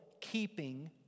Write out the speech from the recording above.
keeping